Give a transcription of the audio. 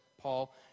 Paul